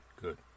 good